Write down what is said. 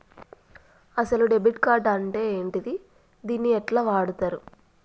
అసలు debit card అంటే ఏంటిది? దీన్ని ఎట్ల వాడుతరు?